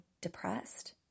depressed